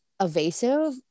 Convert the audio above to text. evasive